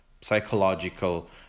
psychological